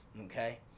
okay